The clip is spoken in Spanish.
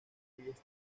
flamenco